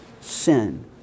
sin